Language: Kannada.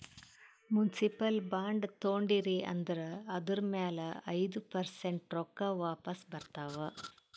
ಮುನ್ಸಿಪಲ್ ಬಾಂಡ್ ತೊಂಡಿರಿ ಅಂದುರ್ ಅದುರ್ ಮ್ಯಾಲ ಐಯ್ದ ಪರ್ಸೆಂಟ್ ರೊಕ್ಕಾ ವಾಪಿಸ್ ಬರ್ತಾವ್